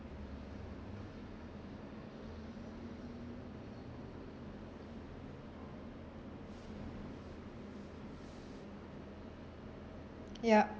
ya